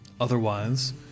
Otherwise